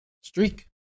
streak